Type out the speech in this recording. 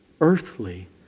earthly